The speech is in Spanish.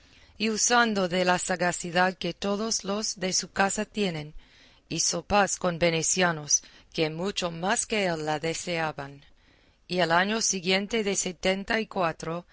y usando de la sagacidad que todos los de su casa tienen hizo paz con venecianos que mucho más que él la deseaban y el año siguiente de setenta y cuatro